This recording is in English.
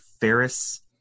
ferris